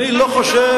אני לא חושב.